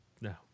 No